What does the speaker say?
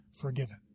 forgiven